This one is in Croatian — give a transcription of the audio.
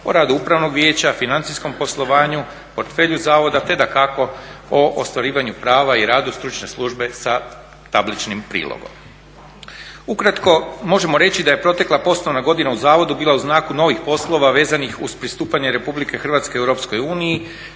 o radu Upravnog vijeća, financijskom poslovanju, portfelju zavoda, te dakako o ostvarivanju prava i radu stručne službe sa tabličnim prilogom. Ukratko možemo reći da je protekla poslovna godina u zavodu bila u znaku novih poslova vezanih uz pristupanje RH Europskoj uniji,